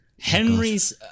Henry's